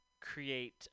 create